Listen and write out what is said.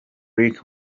rick